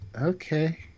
Okay